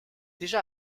déjà